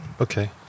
Okay